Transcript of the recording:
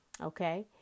Okay